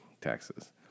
taxes